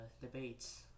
debates